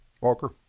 walker